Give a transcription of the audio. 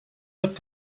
what